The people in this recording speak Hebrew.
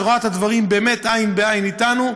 שרואה את הדברים עין בעין איתנו,